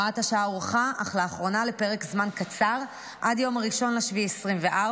הוראת השעה הוארכה אך לאחרונה לפרק זמן קצר עד יום 1 ביולי 2024,